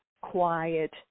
quiet